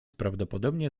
prawdopodobnie